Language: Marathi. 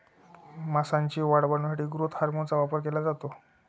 मांसाची वाढ वाढवण्यासाठी ग्रोथ हार्मोनचा वापर केला जातो